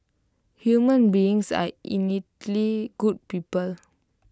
human beings are innately good people